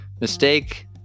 mistake